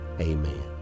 amen